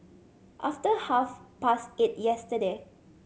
after half past eight yesterday